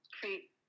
create